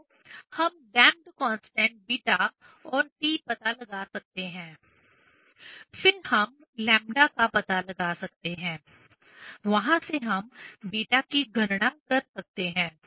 तो हम damped constant β और T पता लगा सकते हैं फिर हम लैम्ब्डा λ का पता लगा सकते हैं वहां से हम β की गणना कर सकते हैं